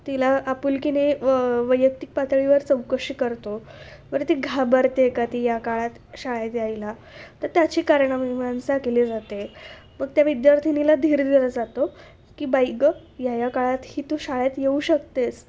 तिला आपुलकीने व वैयक्तिक पातळीवर चौकशी करतो वर ती घाबरते का ती या काळात शाळेत यायला तर त्याची कारणमीमांसा केली जाते मग त्या विद्यार्थिनीला धीर दिला जातो की बाई गं या या काळातही तू शाळेत येऊ शकतेस